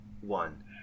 one